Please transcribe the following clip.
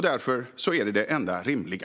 Därför är detta det enda rimliga.